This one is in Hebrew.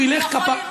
הוא חי,